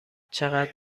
چقدر